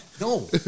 No